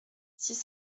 six